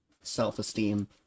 self-esteem